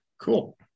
Cool